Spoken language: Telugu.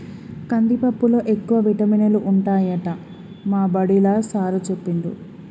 కందిపప్పులో ఎక్కువ విటమినులు ఉంటాయట మా బడిలా సారూ చెప్పిండు